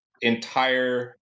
entire